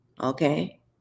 okay